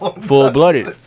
full-blooded